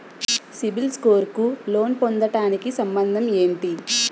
CIBIL score కు loan పొందటానికి సంబంధం ఏంటి?